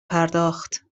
پرداخت